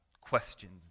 questions